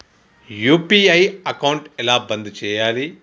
UPI account ఎలా బంద్ చేయాలి?